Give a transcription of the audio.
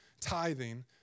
tithing